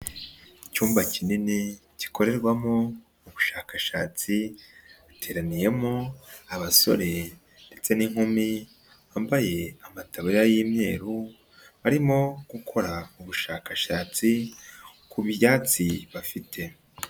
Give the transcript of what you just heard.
Icyumba kinini gikorerwamo ubushakashatsi bateraniyemo abasore ndetse n'inkumi bambaye amataburiya y'imyeru barimo gukora ubushakashatsi ku byatsi bafite.